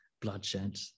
bloodshed